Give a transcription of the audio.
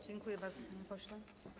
Dziękuję bardzo, panie pośle.